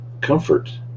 comfort